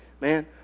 man